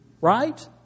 Right